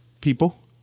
people